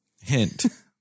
hint